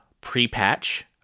pre-patch